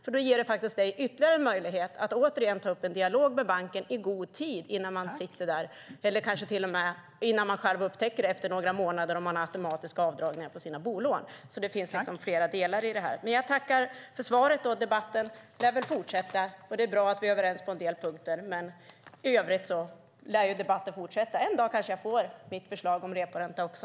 Det ger kunden ytterligare en möjlighet att återigen ta upp en dialog med banken i god tid innan man sitter där eller när man själv upptäcker det efter några månader för att man har automatiska betalningar på sina bolån. Det finns liksom flera delar i detta. Jag tackar för svaret, och debatten lär väl fortsätta. Det är bra att vi är överens på en del punkter. I övrigt lär debatten fortsätta. En dag kanske jag får gehör för mitt förslag om reporänta också.